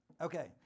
Okay